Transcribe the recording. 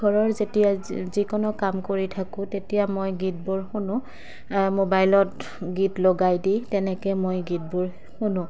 ঘৰৰ যেতিয়া যিকোনো কাম কৰি থাকোঁ তেতিয়া মই গীতবোৰ শুনো মোবাইলত গীত লগাই দি তেনেকৈ মই গীতবোৰ শুনো